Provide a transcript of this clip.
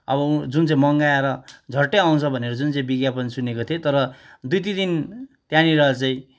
अब जुन चाहिँ मगाएर झट्टै आउँछ भनेर जुन चाहिँ विज्ञापन सुनेको थिएँ तर दुई तिन दिन त्यहाँनिर चाहिँ